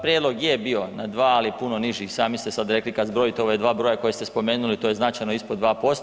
Prijedlog je bio na 2, ali puno niži i sami ste sad rekli, kad zbrojite ova dva broja koja ste spomenuli, to je značajno ispod 2%